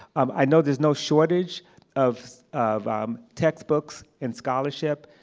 um i know there's no shortage of of textbooks, and scholarship,